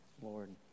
Lord